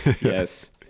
Yes